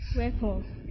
Wherefore